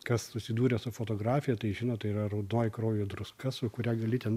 kas susidūręs su fotografija tai žino tai yra raudonoji kraujo druska su kuria gali ten